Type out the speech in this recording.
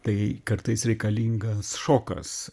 tai kartais reikalingas šokas